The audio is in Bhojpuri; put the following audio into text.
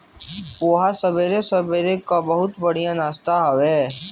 पोहा सबेरे सबेरे कअ बहुते बढ़िया नाश्ता हवे